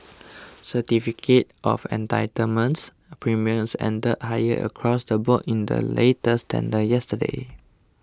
certificate of entitlements premiums ended higher across the board in the latest tender yesterday